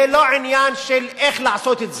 זה לא עניין של איך לעשות את זה,